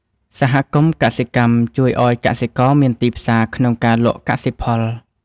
សហគមន៍កសិកម្មជួយឱ្យកសិករមានទីផ្សារក្នុងការលក់កសិផល។